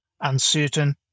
uncertain